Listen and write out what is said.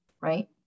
right